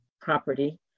property